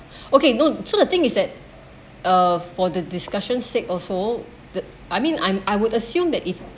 okay no so the thing is that uh for the discussion sake also that I mean I'm I would assume that if